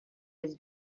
his